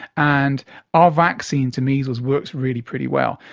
and our vaccine to measles works really pretty well.